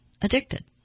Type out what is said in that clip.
addicted